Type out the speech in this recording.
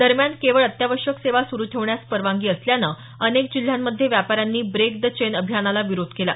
दरम्यान केवळ अत्यावश्यक सेवा सुरु ठेवण्यास परवानगी असल्यानं अनेक जिल्ह्यांमध्ये व्यापाऱ्यांनी ब्रेक द चेन अभियानाला विरोध केला